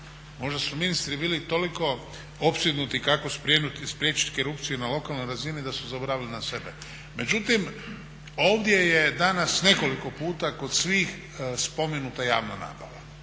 Možda su ministri bili toliko opsjednuti kako spriječiti korupciju na lokalnoj razini da su zaboravili na sebe. Međutim ovdje je danas nekoliko puta kod svih spomenuta javna nabava